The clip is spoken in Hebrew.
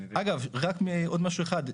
אגב, רק עוד משהו אחד.